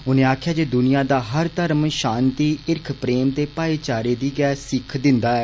उनें आक्खेआ जे दुनिया दा हर धर्म षांति हिरख प्रेम ते भाईचारे दी गै सीख दिंदा ऐ